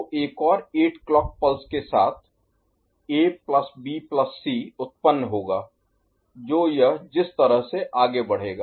तो एक और 8 क्लॉक पल्स के साथ A plus B plus C ABC उत्पन्न होगा तो यह जिस तरह से आगे बढ़ेगा